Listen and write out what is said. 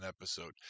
episode